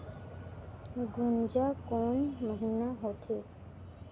गुनजा कोन महीना होथे?